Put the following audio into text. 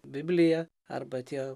biblija arba tie